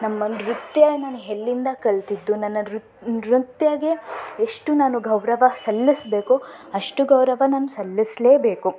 ನಮ್ಮ ನೃತ್ಯ ನಾನು ಎಲ್ಲಿಂದ ಕಲಿತಿದ್ದು ನನ್ನ ನೃ ನೃತ್ಯಗೆ ಎಷ್ಟು ನಾನು ಗೌರವ ಸಲ್ಲಿಸಬೇಕು ಅಷ್ಟು ಗೌರವ ನಾನು ಸಲ್ಲಿಸಲೇಬೇಕು